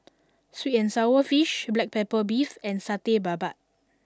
Sweet and Sour Fish Black Pepper Beef and Satay Babat